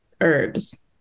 herbs